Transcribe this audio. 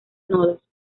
nodos